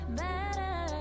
better